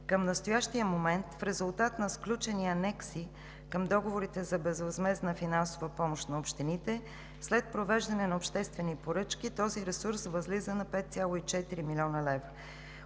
Към настоящия момент, в резултат на сключени анекси към договорите за безвъзмездна финансова помощ на общините, след провеждане на обществени поръчки, този ресурс възлиза на 5,4 млн. лв.